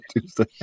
Tuesday